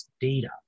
data